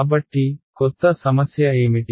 కాబట్టి కొత్త సమస్య ఏమిటి